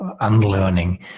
unlearning